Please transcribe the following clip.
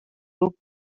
lub